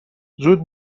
زود